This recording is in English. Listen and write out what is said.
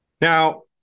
now